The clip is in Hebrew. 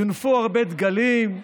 יונפו הרבה דגלים,